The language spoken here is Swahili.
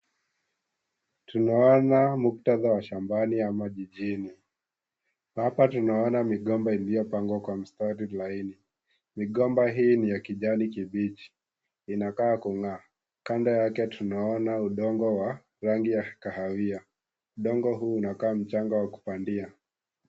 Tunaona muktadha wa shambani ama jijini. Hapa tunaona migomba iliyopangwa kwa mstari laini. Migomba hii ni ya kijani kibichi, inakaa kung'aa. Kando yake tunaona udongo wa rangi ya kahawia. Udongo huu unakaa mchanga wa kupandia.